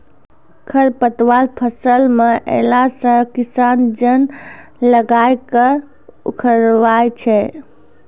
खरपतवार फसल मे अैला से किसान जन लगाय के उखड़बाय छै